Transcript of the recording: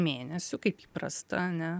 mėnesių kaip įprasta ane